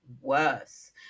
worse